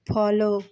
follow